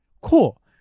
cool